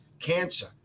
Cancer